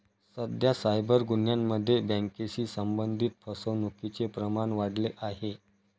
सध्या सायबर गुन्ह्यांमध्ये बँकेशी संबंधित फसवणुकीचे प्रमाण वाढले आहे